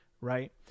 right